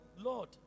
Lord